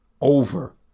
Over